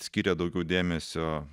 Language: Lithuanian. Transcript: skyrę daugiau dėmesio